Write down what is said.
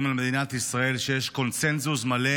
על מדינת ישראל שיש בו קונסנזוס מלא,